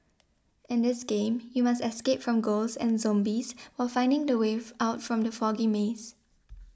in this game you must escape from ghosts and zombies while finding the way out from the foggy maze